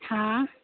हँ